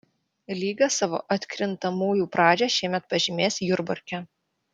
lyga savo atkrintamųjų pradžią šiemet pažymės jurbarke